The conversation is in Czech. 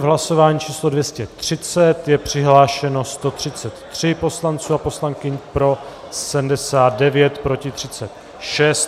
V hlasování číslo 230 je přihlášeno 133 poslanců a poslankyň, pro 79, proti 36.